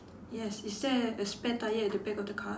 yes is there a spare tyre at the back of the car